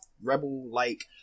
rebel-like